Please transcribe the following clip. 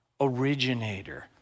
originator